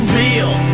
real